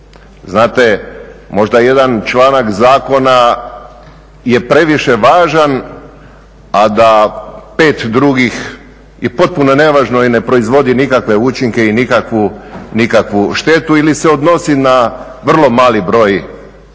Znate možda jedan članak zakona je previše važan, a da pet drugih i potpuno nevažno je ne proizvodi nikakve učinke i nikakvu štetu ili se odnosi na vrlo mali broj